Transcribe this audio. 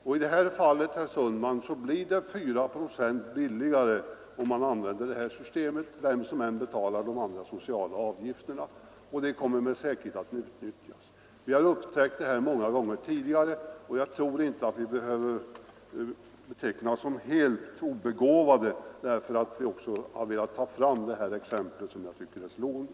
Vem som än betalar de andra sociala avgifterna blir det 4 procent billigare, herr Sundman, om man i det här fallet använder vårt system. Det kommer med säkerhet att utnyttjas. Vi har konstaterat detta många gånger tidigare, och jag tror därför inte att vi behöver betecknas som helt obegåvade för att vi velat ta fram det exempel som jag tycker är slående.